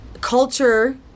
culture